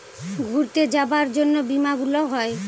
ঘুরতে যাবার জন্য বীমা গুলো হয়